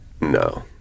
no